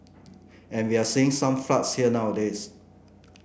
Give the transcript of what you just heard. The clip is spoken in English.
and we are seeing some floods here nowadays